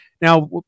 Now